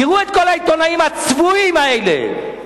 תראו את כל העיתונאים הצבועים האלה.